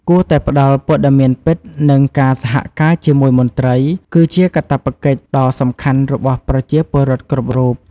គួរតែផ្ដល់ព័ត៌មានពិត និងការសហការជាមួយមន្ត្រី គឺជាកាតព្វកិច្ចដ៏សំខាន់របស់ប្រជាពលរដ្ឋគ្រប់រូប។